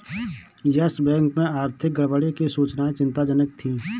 yes Bank में आर्थिक गड़बड़ी की सूचनाएं चिंताजनक थी